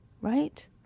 right